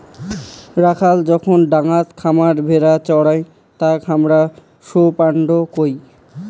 রাখাল যখন ডাঙাত খামার ভেড়া চোরাই তাকে হামরা শেপার্ড কহি